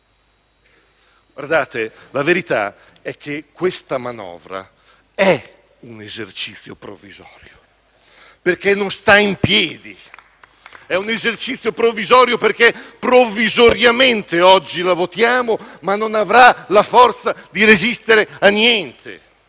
La verità è che questa manovra è un esercizio provvisorio *(Applausi dal Gruppo PD)*, perché non sta in piedi. È un esercizio provvisorio perché provvisoriamente oggi la votiamo, ma non avrà la forza di resistere a niente.